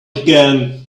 again